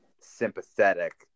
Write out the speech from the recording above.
sympathetic